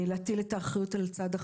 ולהטיל את האחריות על צד אחר.